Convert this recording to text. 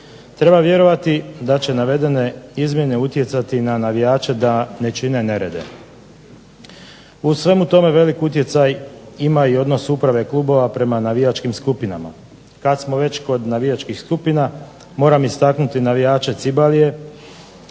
Treba vjerovati da će navedene izmjene utjecati na navijače da ne čine nerede. U svemu tome velik utjecaj ima i odnos uprave klubova prema navijačkim skupinama. Kad smo već kod navijačkih skupina, moram istaknuti navijače Cibalie,